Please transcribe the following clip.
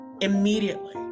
immediately